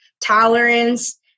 tolerance